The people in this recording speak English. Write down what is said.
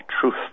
truth